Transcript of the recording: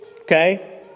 Okay